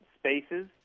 spaces